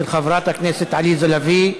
של חברת הכנסת עליזה לביא,